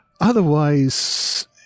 Otherwise